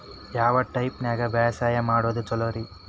ಯಾವ ಟೈಪ್ ನ್ಯಾಗ ಬ್ಯಾಸಾಯಾ ಮಾಡೊದ್ ಛಲೋರಿ?